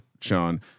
Sean